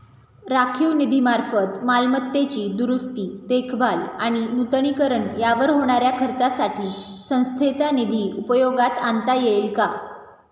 राखीव निधीमार्फत मालमत्तेची दुरुस्ती, देखभाल आणि नूतनीकरण यावर होणाऱ्या खर्चासाठी संस्थेचा निधी उपयोगात आणता येईल का?